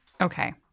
Okay